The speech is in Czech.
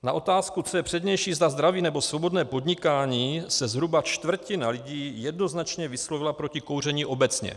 Na otázku, co je přednější, zda zdraví, nebo svobodné podnikání, se zhruba čtvrtina lidí jednoznačně vyslovila proti kouření obecně.